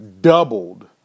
doubled